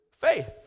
faith